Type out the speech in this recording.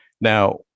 now